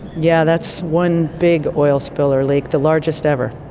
yeah that's one big oil spill or leak. the largest ever.